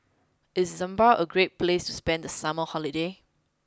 is Zambia a great place to spend the summer holiday